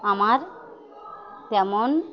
আমার তেমন